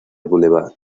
boulevard